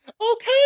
Okay